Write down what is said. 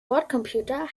bordcomputer